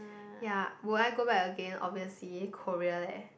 ya would I go back again obviously Korea leh